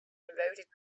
eroded